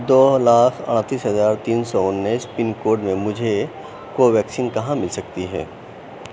دو لاکھ اڑتیس ہزار تین سو انیس پن کوڈ میں مجھے کوویکسین کہاں مل سکتی ہے